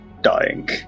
dying